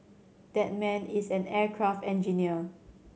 that man is an aircraft engineer